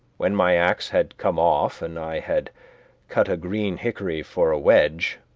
when my axe had come off and i had cut a green hickory for a wedge,